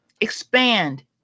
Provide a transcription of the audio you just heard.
expand